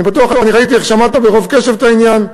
אני בטוח, ראיתי איך שמעת ברוב קשב את העניין,